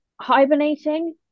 Hibernating